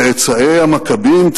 צאצאי המכבים,